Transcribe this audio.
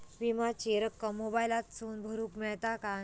विमाची रक्कम मोबाईलातसून भरुक मेळता काय?